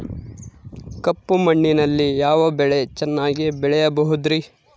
ಕಪ್ಪು ಮಣ್ಣಿನಲ್ಲಿ ಯಾವ ಬೆಳೆ ಚೆನ್ನಾಗಿ ಬೆಳೆಯಬಹುದ್ರಿ?